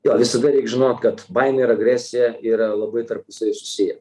jo visada reik žinot kad baimė ir agresija yra labai tarpusavy susiję